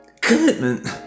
Commitment